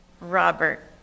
Robert